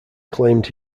claimed